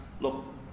look